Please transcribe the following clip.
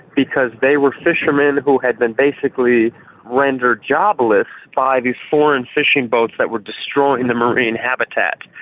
because they were fishermen who had been basically rendered jobless by these foreign fishing boats that were destroying the marine habitat.